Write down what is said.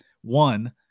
One